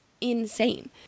insane